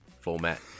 format